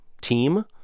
team